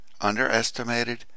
underestimated